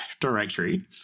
directory